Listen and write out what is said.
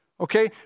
okay